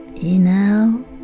inhale